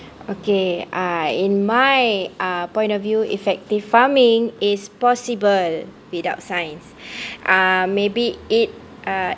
okay uh in my uh point of view effective farming is possible without science um maybe it uh